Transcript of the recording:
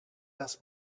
las